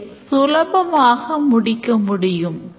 இதை சுலபமாக முடிக்க முடியும்